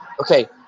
okay